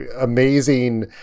amazing